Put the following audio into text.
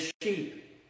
sheep